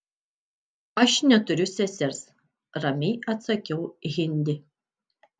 aš neturiu sesers ramiai atsakiau hindi